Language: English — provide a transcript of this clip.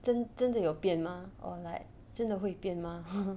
真真的有变吗 or like 真的会变吗哈